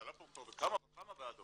זה עלה פה כבר בכמה וכמה ועדות.